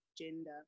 gender